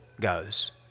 goes